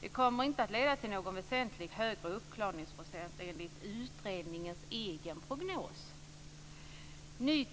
Det kommer inte att leda till någon väsentligt högre uppklaringsprocent enligt utredningens egen prognos. Ny